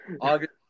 August